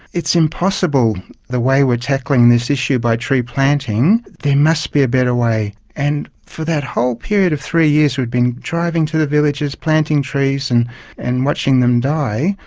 it's impossible the way we are tackling this issue by tree-planting, there must be a better way. and for that whole period of three years we'd been driving to the villages, planting trees and and watching them die,